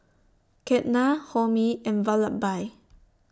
Ketna Homi and Vallabhbhai